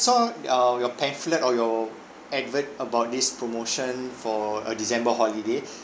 saw your your pamphlet or your advert about this promotion for uh december holiday